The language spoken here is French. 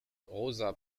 rosa